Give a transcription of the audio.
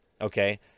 Okay